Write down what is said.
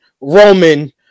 Roman